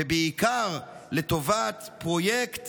ובעיקר לטובת פרויקט